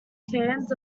fans